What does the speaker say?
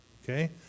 Okay